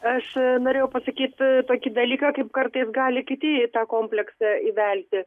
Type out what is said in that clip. aš norėjau pasakyt tokį dalyką kaip kartais gali kiti į tą kompleksą įvelti